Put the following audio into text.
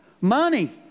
money